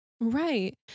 Right